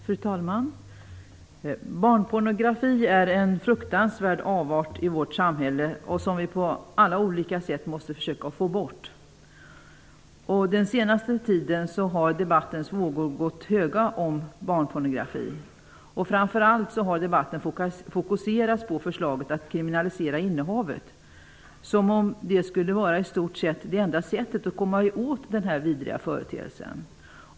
Fru talman! Barnpornografi är en fruktansvärd avart i vårt samhälle som vi på alla sätt måste försöka bli av med. Den senaste tiden har debattens vågor gått höga om barnpornografi. Framför allt har debatten fokuserat förslaget att kriminalisera innehavet som om det skulle vara det enda sättet att komma åt den vidriga företeelsen.